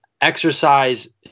exercise